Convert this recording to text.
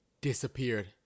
disappeared